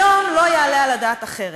היום, לא יעלה על הדעת אחרת.